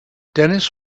dennis